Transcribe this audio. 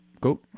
Go